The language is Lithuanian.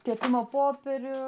kepimo popierių